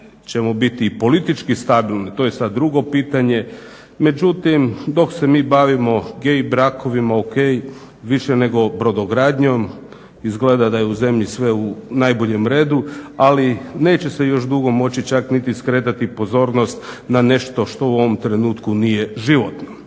ćemo biti i politički stabilni to je sad drugo pitanje. Međutim, dok se mi bavimo gay brakovima o.k. više nego brodogradnjom. Izgleda da je u zemlji sve u najboljem redu, ali neće se još dugo moći čak niti skretati pozornost na nešto što u ovom trenutku nije životno.